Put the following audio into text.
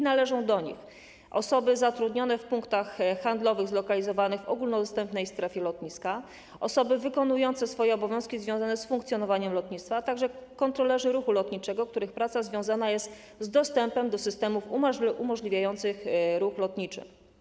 Należą do nich osoby zatrudnione w punktach handlowych zlokalizowanych w ogólnodostępnej strefie lotniska, osoby wykonujące swoje obowiązki związane z funkcjonowaniem lotnictwa, a także kontrolerzy ruchu lotniczego, których praca związana jest z dostępem do systemów umożliwiających ruch lotniczy.